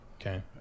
Okay